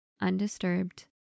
undisturbed